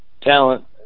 talent